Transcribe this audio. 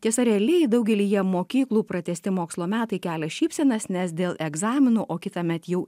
tiesa realiai daugelyje mokyklų pratęsti mokslo metai kelia šypsenas nes dėl egzaminų o kitąmet jau